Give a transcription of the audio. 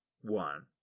one